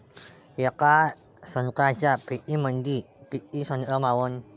येका संत्र्याच्या पेटीमंदी किती संत्र मावन?